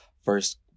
first